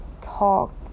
talked